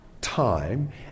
time